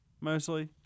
mostly